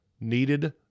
needed